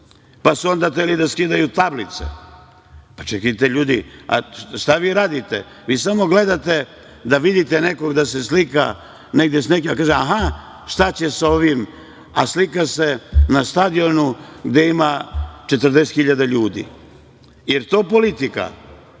Onda su hteli da skidaju tablice. Čekajte, ljudi, šta vi radite? Vi samo gledate da vidite nekog da se slika negde s nekim, da kažete – aha, šta će sa ovim? A slika se na stadionu gde ima 40 hiljada ljudi. Je li to politika?